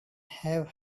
have